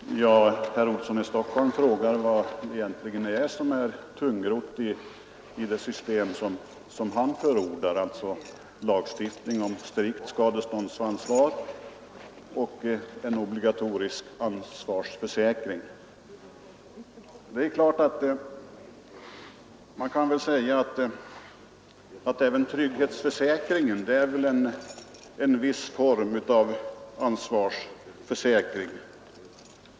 Herr talman! Herr Olsson i Stockholm frågar vad det egentligen är som är tungrott i det system som han förordar, dvs. lagstiftning om strikt skadeståndsansvar och en obligatorisk ansvarsförsäkring. Man kan väl säga att även trygghetsförsäkringen är en form av ansvarsförsäkring.